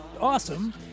awesome